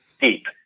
deep